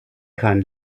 kein